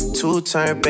two-turn